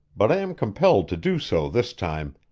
but i am compelled to do so this time.